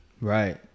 right